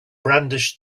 brandished